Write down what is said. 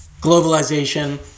Globalization